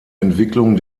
entwicklung